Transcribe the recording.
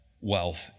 wealth